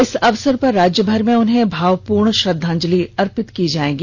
इस अवसर पर राज्य भर में उन्हें भावपूर्ण श्रद्दांजलि अर्पित की जाएगी